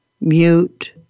mute